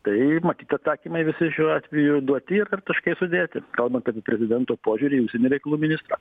tai matyt atsakymai visi šiuo atveju duoti ir taškai sudėti kalbant apie prezidento požiūrį į užsienio reikalų ministrą